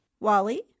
Wally